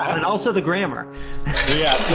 and also the grammar yeah